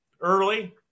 early